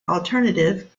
alternative